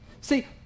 see